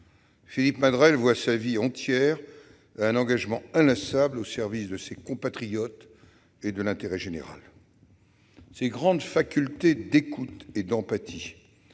Philippe Madrelle voua sa vie entière à un engagement inlassable au service de ses compatriotes et de l'intérêt général. Ses grandes facultés d'écoute et d'empathie,